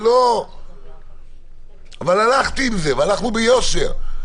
אבל הלכתי עם זה והלכנו ביושר.